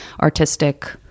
artistic